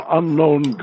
unknown